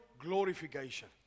glorification